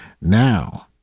Now